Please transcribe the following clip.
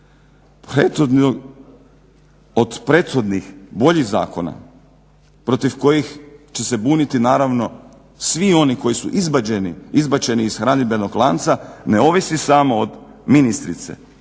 od prethodnih boljih zakona protiv kojih će se buniti naravno svi oni koji su izbačeni ih hranidbenog lanca ne ovisi samo od ministrice,